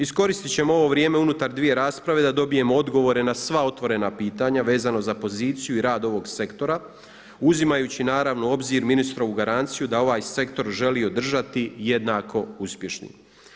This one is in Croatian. Iskoristit ćemo ovo vrijeme unutar dvije rasprave da dobijemo odgovore na sva otvorena pitanja vezano za poziciju i rad ovog sektora, uzimajući naravno u obzir ministrovu garanciju da ovaj sektor želi održati jednako uspješnim.